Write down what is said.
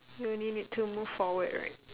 you only need to move forward right